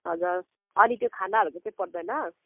हजुर अनि त्यो खानाहरूको चाहिँ पर्दैन